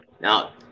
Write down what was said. Now